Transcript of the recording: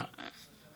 דיא סבע.